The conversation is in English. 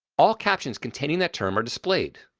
all captions containing that term are displayed.